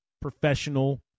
professional